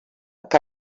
que